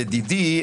לדידי,